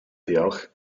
diolch